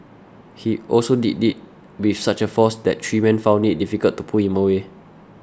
he also did it with such a force that three men found it difficult to pull him away